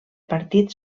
partit